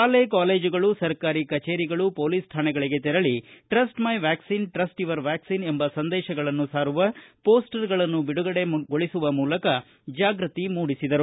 ಶಾಲೆ ಕಾಲೇಜುಗಳು ಸರ್ಕಾರಿ ಕಚೇರಿಗಳಿಗೆ ತೆರಳಿ trust my vaccine trust your vaccine ಎಂಬ ಸಂದೇಶಗಳನ್ನು ಸಾರುವ ಮೋಸ್ವರ್ಗಳನ್ನು ಬಿಡುಗಡೆಗೊಳಿಸುವ ಮೂಲಕ ಜಾಗ್ಯತಿ ಮೂಡಿಸಿದರು